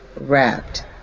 wrapped